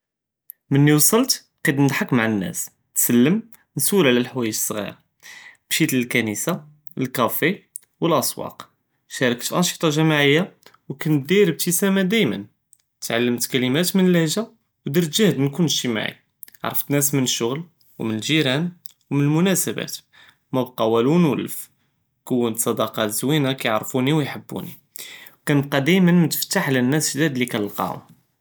מלי וסקת, בדית נצחק מעא אלנאס, נסלם ונסול עלא הלחוואיג א-סג'ירה, משית אלקאפי ואלסוואק, משית לאנסטה ג'מאעיה, וקנדיר אלאבטסאמה דימאן, תעלמת קלימאת מאללהג'ה ודרת ג'הד נكون איג'תימאי, ערפת נאס מאלשגל, מאלג'ירן ואלמונאסבאת, קונט סדאקה זוינה קיערפוני ויחבוני, קנבקא דימאן מתפתח עלא אלנאס אלג'דאד לי קנלקאהום.